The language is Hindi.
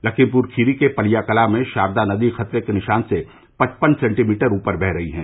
लखीमपुर खीरी के पलियाकला में षारदा नदी खतरे के निषान से पचपन सेन्टीमीटर ऊपर बह रही है